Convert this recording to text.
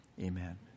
amen